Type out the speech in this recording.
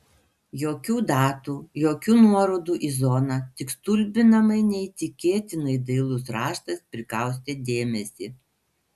jokių datų jokių nuorodų į zoną tik stulbinamai neįtikėtinai dailus raštas prikaustė dėmesį